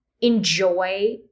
enjoy